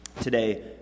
Today